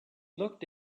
looked